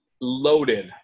loaded